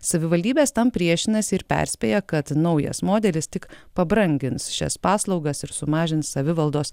savivaldybės tam priešinasi ir perspėja kad naujas modelis tik pabrangins šias paslaugas ir sumažins savivaldos